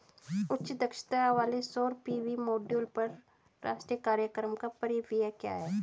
उच्च दक्षता वाले सौर पी.वी मॉड्यूल पर राष्ट्रीय कार्यक्रम का परिव्यय क्या है?